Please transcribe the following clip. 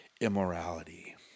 immorality